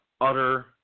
utter